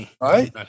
Right